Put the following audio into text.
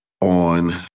on